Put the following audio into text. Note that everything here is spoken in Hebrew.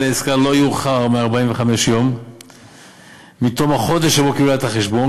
העסקה לא יאוחר מ-45 ימים מתום החודש שבו קיבלה את החשבון.